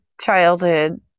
childhood